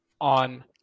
on